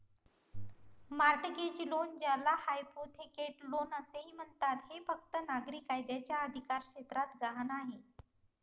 mortgage loan, ज्याला hypothecate loan असेही म्हणतात, हे फक्त नागरी कायद्याच्या अधिकारक्षेत्रात गहाण आहे